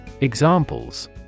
Examples